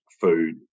food